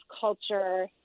culture